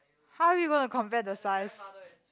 how are we gonna compare the size